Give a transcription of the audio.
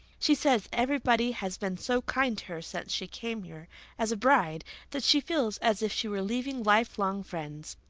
she says everybody has been so kind to her since she came here as a bride that she feels as if she were leaving lifelong friends.